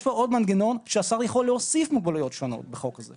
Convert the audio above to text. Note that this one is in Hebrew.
יש פה עוד מנגנון שהשר יכול להוסיף מוגבלויות שונות בחוק הזה.